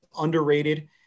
underrated